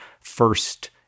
first